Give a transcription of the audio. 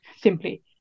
simply